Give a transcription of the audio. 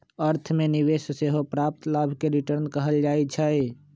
अर्थ में निवेश से प्राप्त लाभ के रिटर्न कहल जाइ छइ